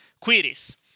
queries